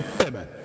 amen